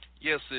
Yes